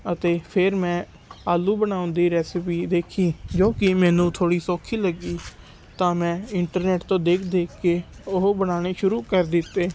ਅਤੇ ਫਿਰ ਮੈਂ ਆਲੂ ਬਣਾਉਣ ਦੀ ਰੈਸਪੀ ਦੇਖੀ ਜੋ ਕਿ ਮੈਨੂੰ ਥੋੜ੍ਹੀ ਸੌਖੀ ਲੱਗੀ ਤਾਂ ਮੈਂ ਇੰਟਰਨੈਟ ਤੋਂ ਦੇਖ ਦੇਖ ਕੇ ਉਹ ਬਣਾਉਣੇ ਸ਼ੁਰੂ ਕਰ ਦਿੱਤੇ